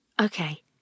Okay